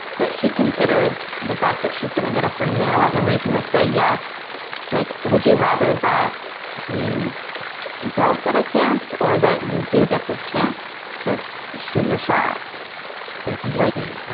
but she considers the fact that she's going to get a free meal as a reason to say yes like would you rather that you don't get a chance or that you do get this chance to shoot your shot that's just my thing.